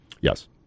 Yes